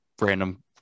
random